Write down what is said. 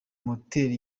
moteri